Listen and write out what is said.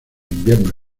inviernos